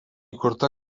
įkurta